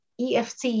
eft